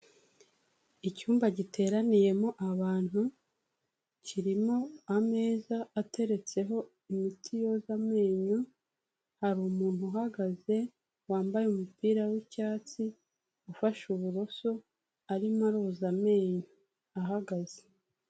Icyumba giteraniyemo abantu, kirimo ameza ateretseho imiti yoza amenyo, hari umuntu uhagaze wambaye umupira w'icyatsi, ufashe uburoso arimo aroza amenyo ahagaze.